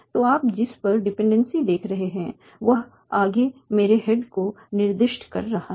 तो आप जिस पर डिपेंडेंसी देख रहे हैं वह आगे मेरे हेड को निर्दिष्ट कर रहा है